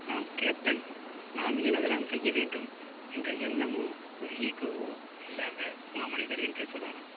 நாம் கேப்டன் நாம் ஏன் அதெல்லாம் செய்ய வேண்டும் என்ற எண்ணமோ ஒரு ஈகோவோ இல்லாத மாமனிதர் என்றே சொல்லலாம்